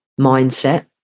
mindset